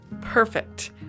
Perfect